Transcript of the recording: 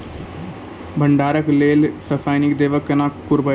भंडारणक लेल रासायनिक दवेक प्रयोग कुना करव?